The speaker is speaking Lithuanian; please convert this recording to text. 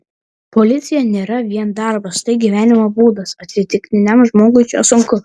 policija nėra vien darbas tai gyvenimo būdas atsitiktiniam žmogui čia sunku